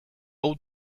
hau